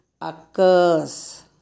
occurs